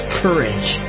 courage